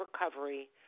recovery